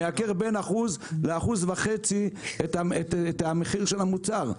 מייקר בין 1% ל-1.5% את המחיר של המוצר.